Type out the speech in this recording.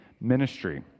ministry